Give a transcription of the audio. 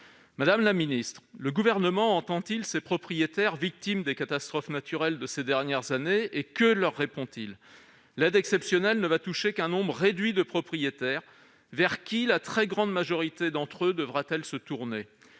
de l'ANAH. Le Gouvernement entend-il ces propriétaires victimes des catastrophes naturelles de ces dernières années et que leur répond-il ? L'aide exceptionnelle ne va toucher qu'un nombre réduit de propriétaires : vers qui la très grande majorité d'entre eux devra-t-elle se tourner ?